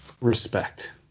Respect